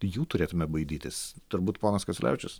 jų turėtume baidytis turbūt ponas kasiulevičius